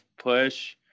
push